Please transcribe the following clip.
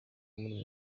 muri